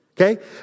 Okay